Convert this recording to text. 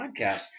podcast